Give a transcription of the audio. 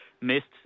missed